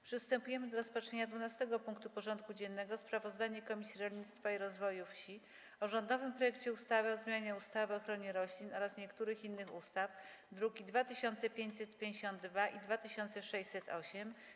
Przystępujemy do rozpatrzenia punktu 12. porządku dziennego: Sprawozdanie Komisji Rolnictwa i Rozwoju Wsi o rządowym projekcie ustawy o zmianie ustawy o ochronie roślin oraz niektórych innych ustaw (druki nr 2552 i 2608)